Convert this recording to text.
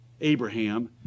Abraham